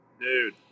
dude